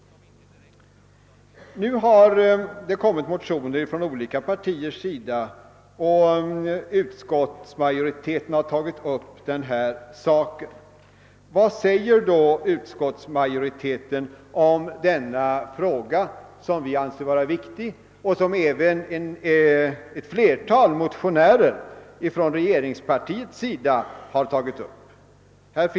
Nu har det framlagts motioner från olika partier, och utskottsmajoriteten har också tagit upp saken. Vad säger då utskottsmajoriteten om denna fråga, som vi anser vara viktig och som även ett flertal motionärer från regeringspartiet har berört?